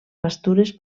pastures